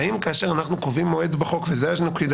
האם כאשר אנחנו קובעים מועד בחוק --- או